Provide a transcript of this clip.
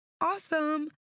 awesome